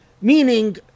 Meaning